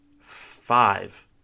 five